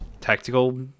Tactical